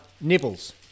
Nibbles